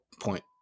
point